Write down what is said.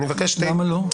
למה לא?